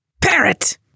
Parrot